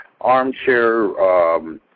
armchair